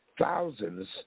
Thousands